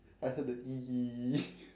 I heard the E E E E